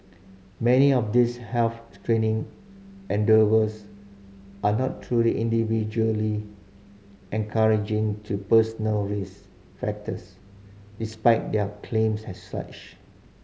many of these health screening endeavours are not truly individually encouraging to personal risk factors despite their claims as such